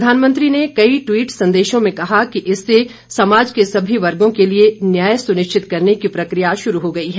प्रधानमंत्री ने कई ट्वीट संदेशों में कहा कि इससे समाज के सभी वर्गों के लिए न्याय सुनिश्चित करने की प्रक्रिया शुरू हो गई है